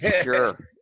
Sure